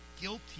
guilty